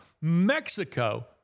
Mexico